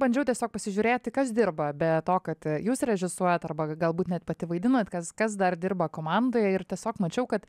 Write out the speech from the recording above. bandžiau tiesiog pasižiūrėti kas dirba be to kad jūs režisuojat arba galbūt net pati vaidinot kas kas dar dirba komandoje ir tiesiog mačiau kad